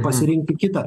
pasirinkti kitą